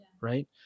right